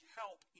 help